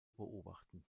beobachten